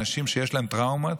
אנשים שיש להם טראומות,